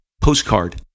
postcard